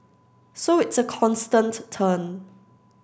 so it's a constant turn